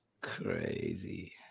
crazy